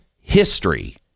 history